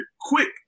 quick